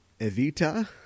Evita